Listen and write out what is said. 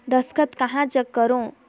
दस्खत कहा जग करो?